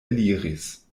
eliris